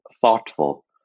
thoughtful